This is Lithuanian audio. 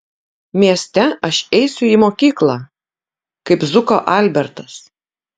mieste aš eisiu į mokyklą kaip zuko albertas